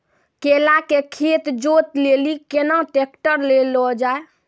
केला के खेत जोत लिली केना ट्रैक्टर ले लो जा?